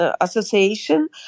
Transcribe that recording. Association